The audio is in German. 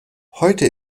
heute